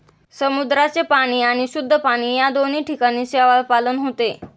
समुद्राचे पाणी आणि शुद्ध पाणी या दोन्ही ठिकाणी शेवाळपालन होते